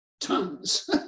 tons